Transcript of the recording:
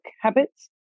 habits